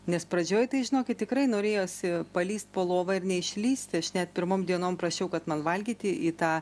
nes pradžioj tai žinokit tikrai norėjosi palįst po lova ir neišlįsti aš net pirmom dienom prašiau kad man valgyti į tą